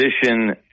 Position